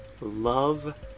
love